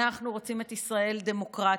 אנחנו רוצים את ישראל דמוקרטית.